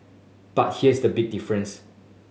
but here is the big difference